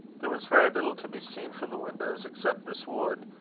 there was very little to be seen from the windows except this wood,